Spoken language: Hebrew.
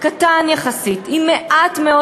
קטן יחסית עם מעט מאוד